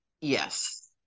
yes